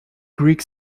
greek